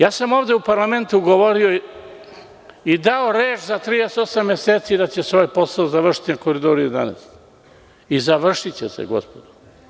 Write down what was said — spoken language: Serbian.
Ja sam ovde u parlamentu govorio i dao reč za 38 meseci da ću ovaj posao završiti na Koridoru 11 i završiće se gospodo.